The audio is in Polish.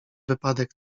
wypadek